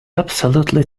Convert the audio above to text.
absolutely